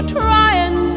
trying